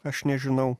aš nežinau